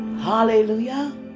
Hallelujah